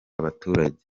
abaturage